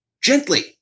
Gently